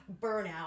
burnout